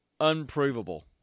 unprovable